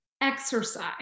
Exercise